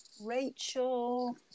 Rachel